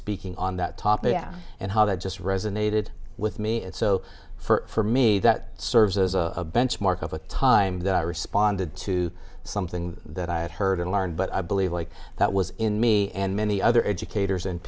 speaking on that topic and how that just resonated with me and so for me that serves as a benchmark of a time that i responded to something that i had heard and learned but i believe like that was in me and many other educators and